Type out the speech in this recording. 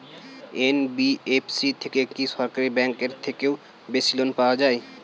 NBFC থেকে কি সরকারি ব্যাংক এর থেকেও বেশি লোন পাওয়া যায়?